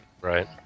Right